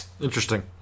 Interesting